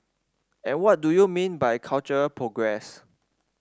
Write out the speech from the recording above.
and what do you mean by cultural progress